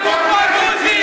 עיסאווי, תתנהגו כמו הדרוזים.